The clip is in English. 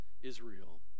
Israel